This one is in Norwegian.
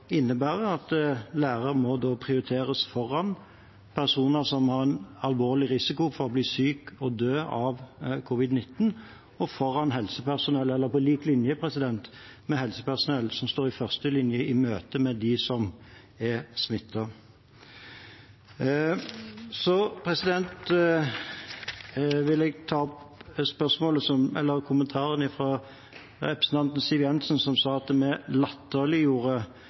at lærere må prioriteres foran personer som har en alvorlig risiko for å bli syk og dø av covid-19, og foran eller på lik linje med helsepersonell som står i første linje i møte med dem som er smittet. Så vil jeg ta opp kommentaren fra representanten Siv Jensen, som sa at vi latterliggjorde Fremskrittspartiets forslag om obligatorisk testing på grensen. Det